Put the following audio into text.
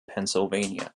pennsylvania